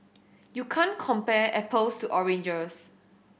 you can't compare apples oranges